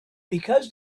because